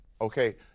okay